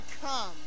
come